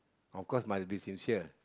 of course must be sincere